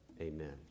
Amen